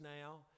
now